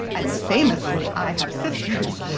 and famously, i have sisters.